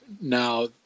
Now